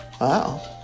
Wow